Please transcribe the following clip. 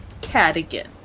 Cadigan